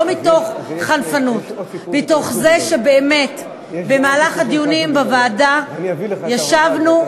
לא מתוך חנפנות אלא מתוך זה שבאמת במהלך הדיונים בוועדה ישבנו,